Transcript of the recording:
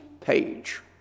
page